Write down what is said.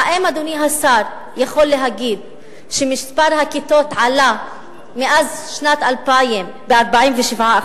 האם אדוני השר יכול להגיד שמספר הכיתות עלה מאז שנת 2000 ב-47%?